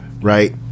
right